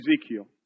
Ezekiel